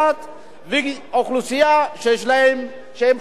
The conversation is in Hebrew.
אוכלוסייה שחיה עם קשיים.